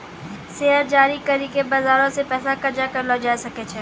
share जारी करि के बजारो से पैसा कर्जा करलो जाय सकै छै